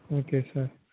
okay sir